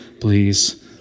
please